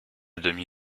demi